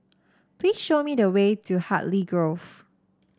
please show me the way to Hartley Grove